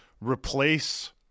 replace